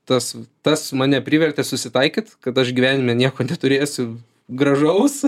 tas tas mane privertė susitaikyt kad aš gyvenime nieko neturėsiu gražaus